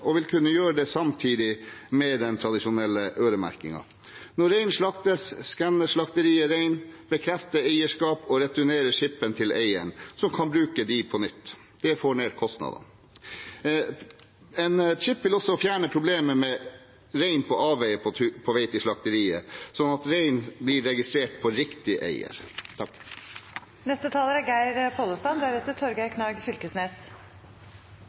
de vil kunne gjøre det samtidig med den tradisjonelle øremerkingen. Når reinen slaktes, skanner slakteriene reinen, bekrefter eierskap og returnerer chipene til eieren, som kan bruke disse på nytt. Det får ned kostnadene. En chip vil også fjerne problemet med rein på avveier på vei til slakteriet ved at reinen blir registrert på riktig eier. Senterpartiet meiner forslaget om obligatorisk individmerking ikkje er